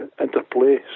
interplay